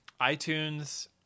iTunes